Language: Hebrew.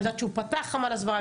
אני יודעת שהוא פתח חמ"ל הסברה.